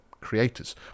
creators